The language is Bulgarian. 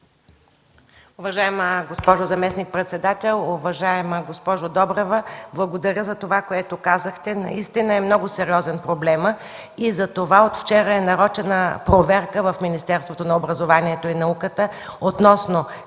Уважаема госпожо заместник-председател, уважаема госпожо Добрева. Благодаря за това, което казахте. Наистина е много сериозен проблемът и затова от вчера е нарочена проверка в Министерството на образованието и науката относно